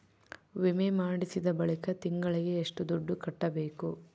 ವಿಮೆ ಮಾಡಿಸಿದ ಬಳಿಕ ತಿಂಗಳಿಗೆ ಎಷ್ಟು ದುಡ್ಡು ಕಟ್ಟಬೇಕು?